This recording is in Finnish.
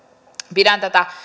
pidän tätä